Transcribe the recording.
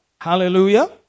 Hallelujah